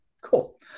Cool